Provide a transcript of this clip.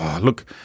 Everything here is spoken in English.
look